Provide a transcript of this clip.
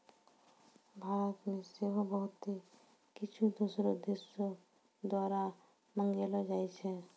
भारतो से सेहो बहुते कुछु दोसरो देशो द्वारा मंगैलो जाय छै